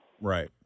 Right